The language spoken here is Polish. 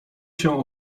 się